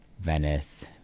Venice